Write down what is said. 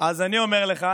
אז אני אומר לך,